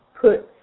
put